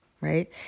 right